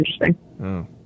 interesting